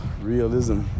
realism